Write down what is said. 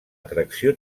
atracció